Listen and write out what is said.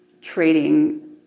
trading